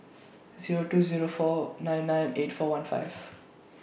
Zero two Zero four nine nine eight four one five